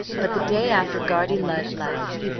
but the day after guardy lud left,